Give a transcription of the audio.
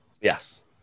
Yes